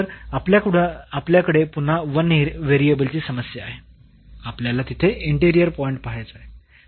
तर आपल्याकडे पुन्हा 1 व्हेरिएबलची समस्या आहे आपल्याला तिथे इंटेरिअर पॉईंट पहायचा आहे